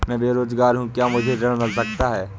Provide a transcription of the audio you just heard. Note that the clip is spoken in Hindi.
मैं बेरोजगार हूँ क्या मुझे ऋण मिल सकता है?